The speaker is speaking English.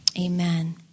amen